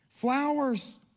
Flowers